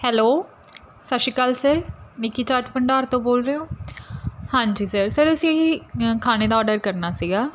hello ਸਤਿ ਸ਼੍ਰੀ ਅਕਾਲ ਸਰ ਨਿੱਕੀ ਚਾਟ ਭੰਡਾਰ ਤੋਂ ਬੋਲ ਰਹੇ ਹੋ ਹਾਂਜੀ ਸਰ ਸਰ ਅਸੀਂ ਖਾਣੇ ਦਾ ਆਰਡਰ ਕਰਨਾ ਸੀਗਾ